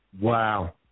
Wow